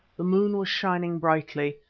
the moon was shining brightly,